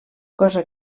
cosa